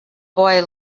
boy